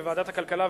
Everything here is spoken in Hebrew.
בוועדת הכלכלה,